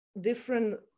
different